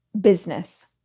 business